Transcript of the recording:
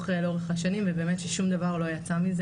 לאורך השנים ובאמת ששום דבר לא יצא מזה,